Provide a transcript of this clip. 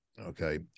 Okay